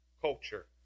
culture